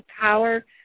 power